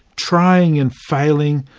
trying and failing,